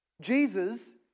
Jesus